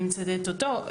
אני מצטטת אותו,